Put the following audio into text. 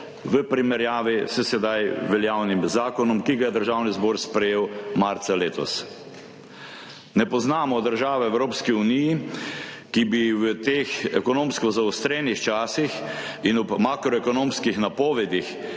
v primerjavi s sedaj veljavnim zakonom, ki ga je Državni zbor sprejel marca letos. Ne poznamo države v Evropski uniji, ki bi v teh ekonomsko zaostrenih časih in ob makroekonomskih napovedih,